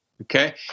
Okay